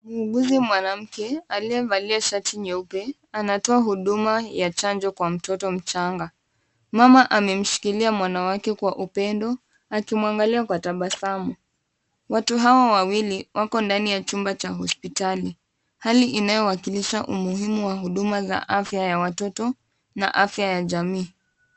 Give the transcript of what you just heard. Muuguzi mwanamke aliyevalia shati nyeupe, anatuoa huduma ya chanjo kwa mtoto mchanga. Mama amemshikilia mwanawake kwa upendo, akimwangalia kwa tabasamu. Watu hawa wawili wako ndani ya chumba cha hospitali. Hali inayowakilisha umuhimu wa huduma za afya ya watoto na afya ya jamii.